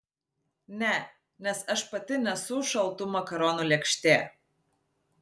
ne nes aš pati nesu šaltų makaronų lėkštė